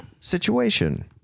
Situation